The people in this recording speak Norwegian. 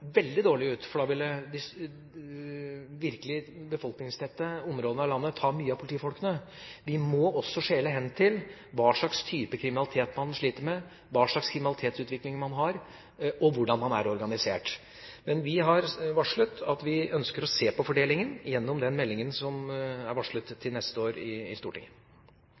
veldig dårlig ut, for da ville de virkelig befolkningstette områdene av landet ta mange av politifolkene. Vi må også skjele til hva slags kriminalitet man sliter med, hva slags kriminalitetsutvikling man har, og hvordan man er organisert. Vi har varslet at vi ønsker å se på fordelingen i den meldingen som er varslet kommer til Stortinget neste år.